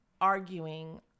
arguing